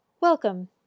Welcome